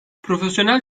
profesyonel